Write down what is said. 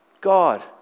God